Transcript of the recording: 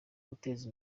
guteza